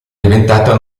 diventata